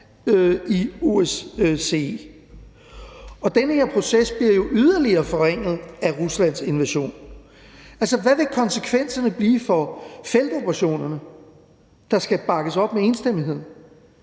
i OSCE. Den her proces bliver jo så yderligere forringet af Ruslands invasion. Hvad vil konsekvenserne blive for feltoperationerne, der skal bakkes op med enstemmighed?